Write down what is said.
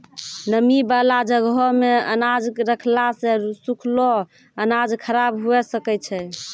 नमी बाला जगहो मे अनाज रखला से सुखलो अनाज खराब हुए सकै छै